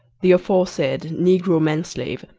the aforesaid negro man-slave, and